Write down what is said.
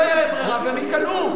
לא תהיה להם ברירה והם ייכנעו.